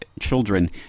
children